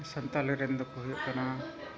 ᱥᱟᱱᱛᱟᱲᱤ ᱨᱮᱱ ᱫᱚᱠᱚ ᱦᱩᱭᱩᱜ ᱠᱟᱱᱟ